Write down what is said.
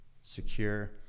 Secure